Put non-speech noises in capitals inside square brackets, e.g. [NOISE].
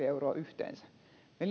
[UNINTELLIGIBLE] euroa yhteensä me [UNINTELLIGIBLE]